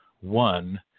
one